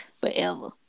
forever